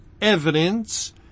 evidence